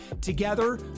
Together